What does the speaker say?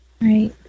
Right